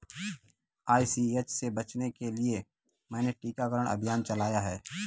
ICH से बचने के लिए मैंने टीकाकरण अभियान चलाया है